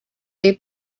they